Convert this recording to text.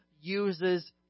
uses